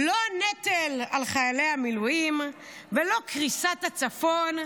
לא הנטל על חיילי המילואים ולא קריסת הצפון,